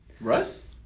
Russ